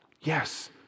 Yes